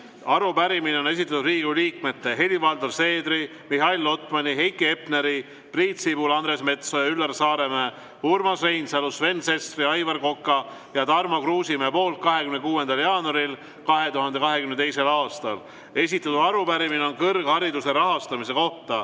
Arupärimise on esitanud Riigikogu liikmed Helir-Valdor Seeder, Mihhail Lotman, Heiki Hepner, Priit Sibul, Andres Metsoja, Üllar Saaremäe, Urmas Reinsalu, Sven Sester, Aivar Kokk ja Tarmo Kruusimäe 26. jaanuaril 2022. aastal. Esitatud arupärimine on kõrghariduse rahastamise kohta